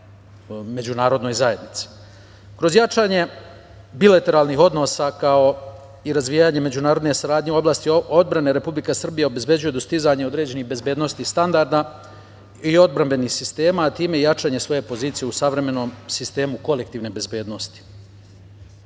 međunarodnoj zajednici. Kroz jačanje bilateralnih odnosa, kao i razvijanje međunarodne saradnje u oblasti odbrane, Republika Srbija obezbeđuje dostizanje određenih bezbednosnih standarda i odbrambenih sistema i time i jačanje svoje pozicije u savremenom sistemu kolektivne bezbednosti. Takođe,